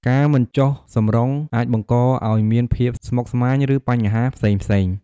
ការមិនជុះសម្រុងអាចបង្កឲ្យមានភាពស្មុគស្មាញ ឬបញ្ហាផ្សេងៗ។